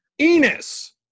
Enos